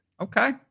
Okay